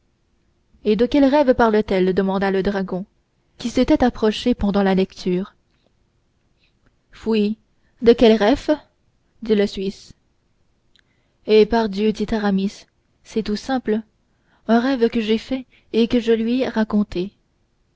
et de quel rêve parle-t-elle demanda le dragon qui s'était approché pendant la lecture foui te quel rêfe dit le suisse eh pardieu dit aramis c'est tout simple d'un rêve que j'ai fait et que je lui ai raconté